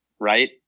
right